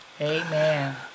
Amen